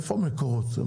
איפה מקורות?